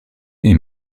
est